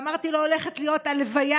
ואמרתי לו שהולכת להיות הלוויה,